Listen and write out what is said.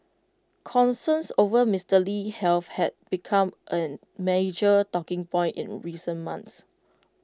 concerns over Mister Lee's health had become A major talking point in recent months